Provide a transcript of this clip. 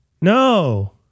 No